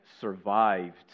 survived